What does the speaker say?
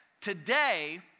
Today